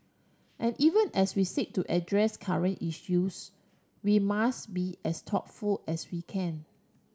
and even as we seek to address current issues we must be as thoughtful as we can